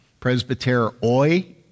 Presbyteroi